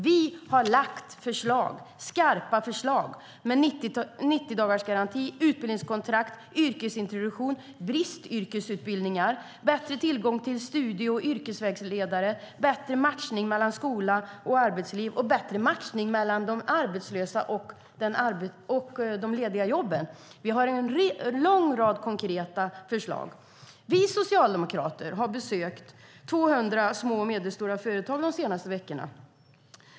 Vi har lagt fram skarpa förslag om 90-dagarsgaranti, utbildningskontrakt, yrkesintroduktion, bristyrkesutbildningar, bättre tillgång till studie och yrkesvägledare, bättre matchning mellan skola och arbetsliv och bättre matchning mellan de arbetslösa och de lediga jobben. Vi har en lång rad konkreta förslag. Vi socialdemokrater har besökt 200 små och medelstora företag de senaste veckorna.